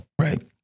right